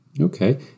Okay